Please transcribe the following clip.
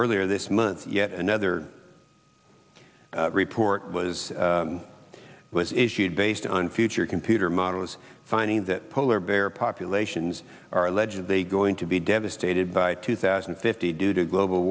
earlier this month yet another report was was issued based on future computer models finding that polar bear populations are allegedly going to be devastated by two thousand and fifty due to global